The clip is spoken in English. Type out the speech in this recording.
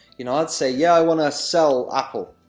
you know i'd say yeah i want to sell apple,